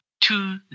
two